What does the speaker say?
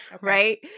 Right